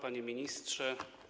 Panie Ministrze!